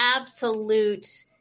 absolute